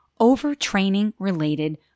overtraining-related